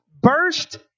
burst